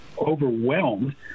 overwhelmed